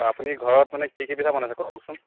হয় আপুনি ঘৰত মানে কি কি পিঠা বনাইছে কওকচোন